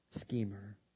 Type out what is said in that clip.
schemer